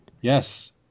Yes